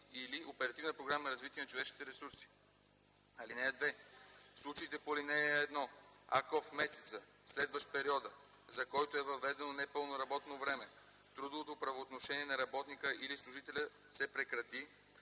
“Развитие на човешките ресурси”. (2) В случаите по ал. 1, ако в месеца, следващ периода, за който е въведено непълно работно време, трудовото правоотношение на работника или служителя се прекрати,